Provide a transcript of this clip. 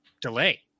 delay